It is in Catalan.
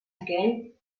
aquell